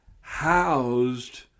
housed